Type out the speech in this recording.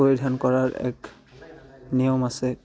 পৰিধান কৰাৰ এক নিয়ম আছে